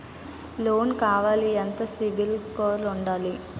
Loan కావాలి ఎంత CIBIL score ఉండాలి?